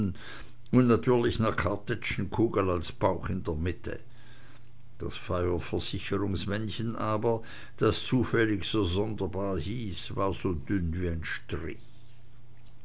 und natürlich ne kartätschenkugel als bauch in der mitte das feuerversicherungsmännchen aber das zufällig so sonderbar hieß das war so dünn